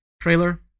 trailer